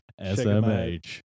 SMH